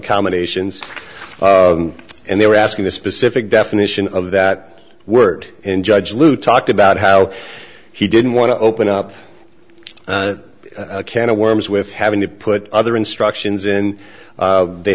accommodations and they were asking the specific definition of that word and judge lou talked about how he didn't want to open up a can of worms with having to put other instructions and they